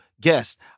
guest